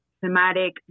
thematic